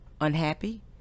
unhappy